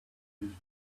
wisdom